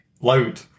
loud